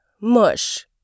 Mush